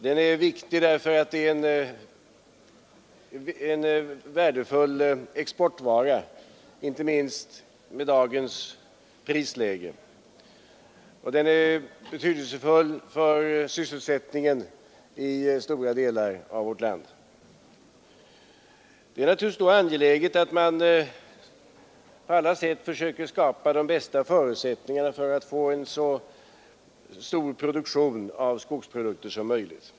Den är viktig därför att den är en värdefull exportvara, inte minst med dagens prisläge. Den är betydelsefull för sysselsättningen i stora delar av vårt land. Det är naturligtvis då angeläget att man på alla sätt försöker skapa de bästa förutsättningar för att få en så stor produktion av skogsprodukter som möjligt.